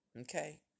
Okay